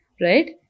Right